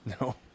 No